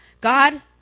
God